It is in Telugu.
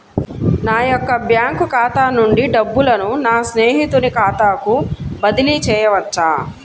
నా యొక్క బ్యాంకు ఖాతా నుండి డబ్బులను నా స్నేహితుని ఖాతాకు బదిలీ చేయవచ్చా?